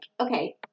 okay